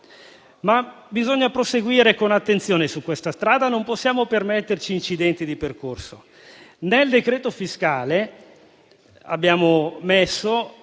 ma bisogna proseguire con attenzione su questa strada. Non possiamo permetterci incidenti di percorso. Nel decreto fiscale, abbiamo